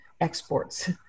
exports